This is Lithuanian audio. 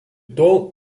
tol